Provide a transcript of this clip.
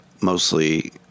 mostly